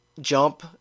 jump